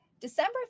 december